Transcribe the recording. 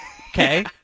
okay